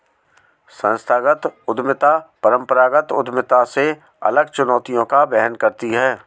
संस्थागत उद्यमिता परंपरागत उद्यमिता से अलग चुनौतियों का वहन करती है